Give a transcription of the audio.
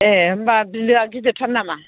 ए होमबा बिलोया गिदिरथार नामा